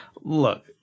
look